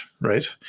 right